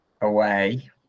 away